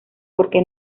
porque